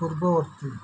ପୂର୍ବବର୍ତ୍ତୀ